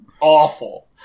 awful